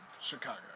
Chicago